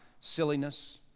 silliness